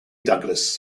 douglas